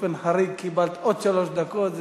באופן חריג קיבלת עוד שלוש דקות.